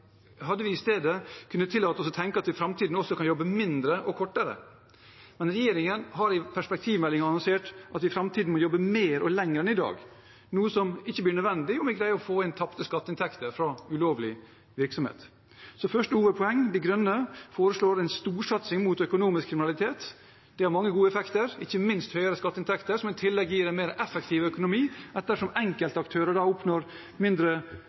vi i framtiden kan jobbe mindre og kortere. Regjeringen har i perspektivmeldingen annonsert at vi i framtiden må jobbe mer og lenger enn i dag, noe som ikke blir nødvendig om vi greier å få inn tapte skatteinntekter fra ulovlig virksomhet. Så mitt første hovedpoeng er: De Grønne foreslår en storsatsing mot økonomisk kriminalitet. Det har mange gode effekter, ikke minst høyere skatteinntekter, som i tillegg gir en mer effektiv økonomi,